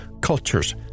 cultures